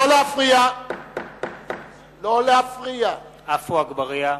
נגד עפו אגבאריה,